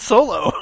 Solo